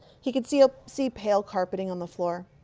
he could see ah see pale carpeting on the floor.